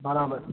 બરાબર